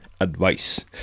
advice